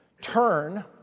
turn